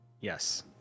Yes